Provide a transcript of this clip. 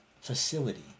facility